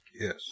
Yes